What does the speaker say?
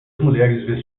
mulheres